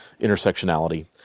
intersectionality